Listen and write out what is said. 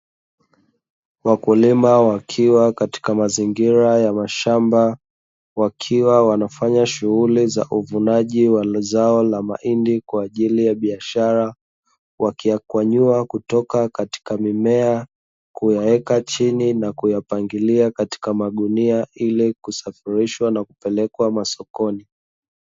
Wakulima wakiwa katika mazingira ya mashamba, wakiwa wanafanya shughuli za uvunaji walo zao la mahindi kwa ajili ya biashara, kutoka katika mimea kuweka chini na kuyapangilia katika magunia ili kusafirishwa na kupelekwa masokoni.